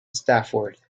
stafford